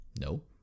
No